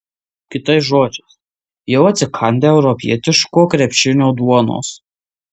kitais žodžiais jau atsikandę europietiško krepšinio duonos